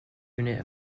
unit